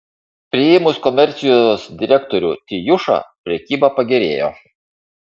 priėmus komercijos direktorių tijušą prekyba pagerėjo